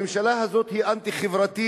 הממשלה הזאת היא אנטי-חברתית.